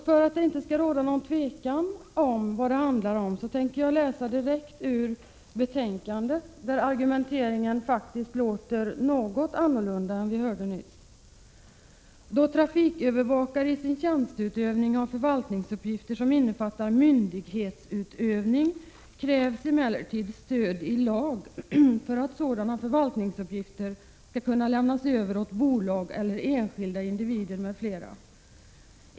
För att det inte skall råda något tvivel om vad det gäller tänker jag läsa direkt ur betänkandet, där argumenteringen faktiskt är en något annan än den vi hörde nyss: ”Då trafikövervakare i sin tjänsteutövning har förvaltningsuppgifter som innefattar myndighetsutövning krävs emellertid stöd i lag för att sådana förvaltningsuppgifter skall kunna lämnas över åt bolag eller enskilda individer m.fl.